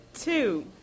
Two